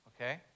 okay